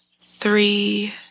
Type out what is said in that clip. three